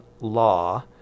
law